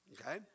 Okay